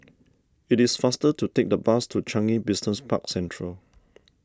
it is faster to take the bus to Changi Business Park Central